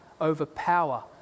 overpower